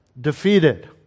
defeated